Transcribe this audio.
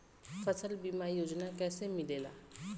फसल बीमा योजना कैसे मिलेला?